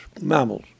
mammals